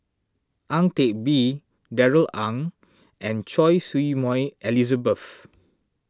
Ang Teck Bee Darrell Ang and Choy Su Moi Elizabeth